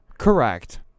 Correct